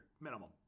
minimum